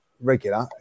regular